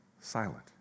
silent